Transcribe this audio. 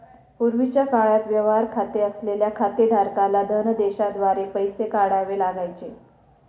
पूर्वीच्या काळात व्यवहार खाते असलेल्या खातेधारकाला धनदेशाद्वारे पैसे काढावे लागायचे